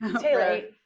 Taylor